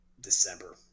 December